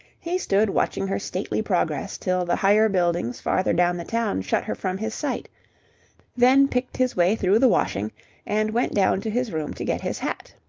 he stood watching her stately progress till the higher buildings farther down the town shut her from his sight then picked his way through the washing and went down to his room to get his hat.